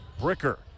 Bricker